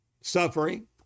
suffering